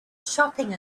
shopping